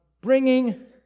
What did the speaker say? Bringing